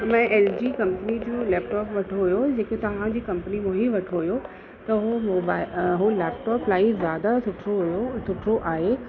मैं L G company जो laptop वर्तो हुओ जेके तव्हांजी कंपनी मां ही वर्तो हुओ त हू मोबा हू लैपटॉप इलाही ज़्यादा सुठो हुओ सुठो आहे